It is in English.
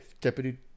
deputy